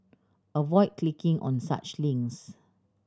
avoid clicking on such links